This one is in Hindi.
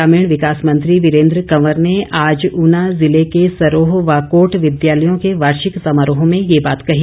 ग्रामीण विकास मंत्री वीरेन्द्र कंवर ने आज ऊना जिले के सरोह व कोट विद्यालयों के वार्षिक समारोह में ये बात कही